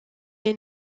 est